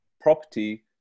property